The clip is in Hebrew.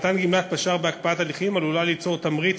מתן גמלת פש"ר בהקפאת הליכים עלולה ליצור תמריץ